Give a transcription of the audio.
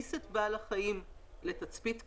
הכניס את בעל החיים לתצפית כלבת,